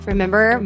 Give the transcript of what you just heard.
Remember